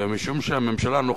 ומשום שהממשלה הנוכחית,